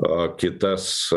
o kitas